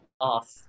off